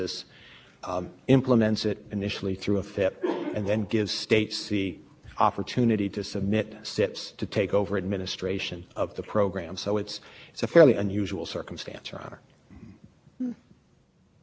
six strikes me could could open up a lot of light on that ground that's that's but but correct me if i'm wrong in other words your view on case six does seem like it could be